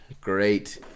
Great